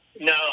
No